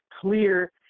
clear